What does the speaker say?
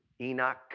Enoch